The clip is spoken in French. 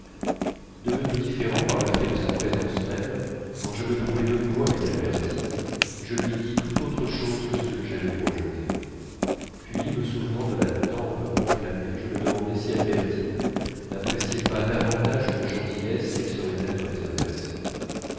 devenu différent par le fait de sa présence même quand je me trouvai de nouveau avec albertine je lui dis tout autre chose que ce que j'avais projeté puis me souvenant de la tempe enflammée je me demandais si albertine n'appréciait pas davantage une gentillesse qu'elle saurait être désintéressée